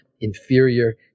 inferior